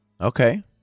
Okay